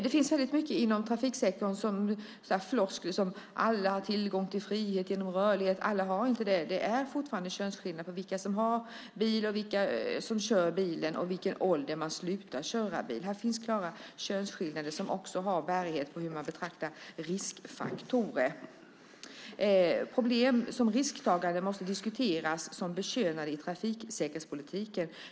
Det finns väldigt mycket av floskler inom trafiksektorn som att alla har tillgång till frihet genom rörlighet. Alla har inte det. Det är fortfarande könsskillnader när det gäller vilka som har bil, vilka som kör bilen och i vilken ålder man slutar köra bil. Här finns klara könsskillnader som också har bärighet på hur man betraktar riskfaktorer. Problem som risktagande måste diskuteras som bekönade i trafiksäkerhetspolitiken.